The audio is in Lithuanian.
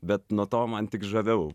bet nuo to man tik žaviau